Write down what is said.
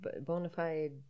bonafide